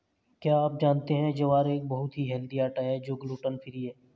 क्या आप जानते है ज्वार एक बहुत ही हेल्दी आटा है और ग्लूटन फ्री है?